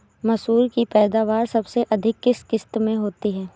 मसूर की पैदावार सबसे अधिक किस किश्त में होती है?